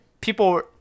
people